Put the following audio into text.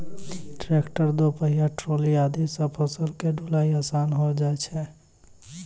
tractor, दो पहिया trolley आदि सॅ फसल के ढुलाई आसान होय जाय छै